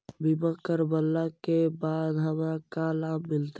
बीमा करवला के बाद हमरा का लाभ मिलतै?